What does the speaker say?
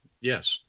Yes